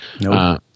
No